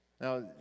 Now